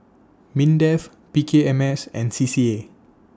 Mindef P K M S and C C A